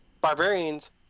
barbarians